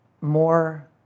more